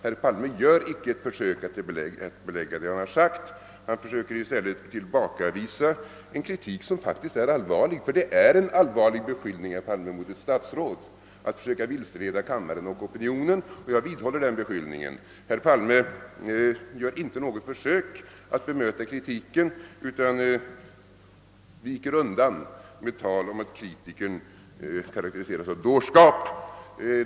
Herr Palme gör icke något försök att belägga vad han har sagt, han försöker inte tillbakavisa en kritik som faktiskt är allvarlig. Ty det är allvarligt, herr Palme, att beskylla ett statsråd för att försöka vilseleda kammaren och opi nionen och jag vidhåller denna beskyllning. Herr Palme gör inte något försök att bemöta kritiken utan viker undan med tal om att kritikern karakteriseras av dårskap.